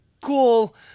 cool